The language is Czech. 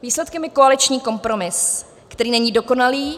Výsledkem je koaliční kompromis, který není dokonalý.